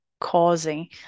causing